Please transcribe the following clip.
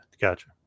Gotcha